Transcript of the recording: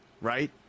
Right